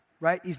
Right